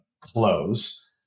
close